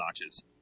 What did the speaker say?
notches